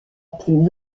plus